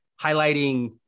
highlighting